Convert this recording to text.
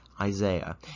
Isaiah